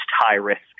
high-risk